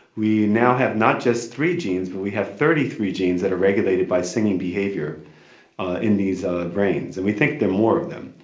we now have not just three genes but we have thirty three genes that are regulated by singing behaviour in these brains. and we think there are more of them.